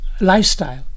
lifestyle